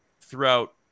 throughout